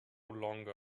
longer